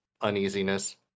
uneasiness